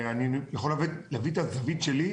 אני יכול להביא את הזווית שלי,